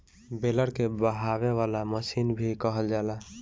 baler के बहावे वाला मशीन भी कहल जाला